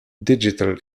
digital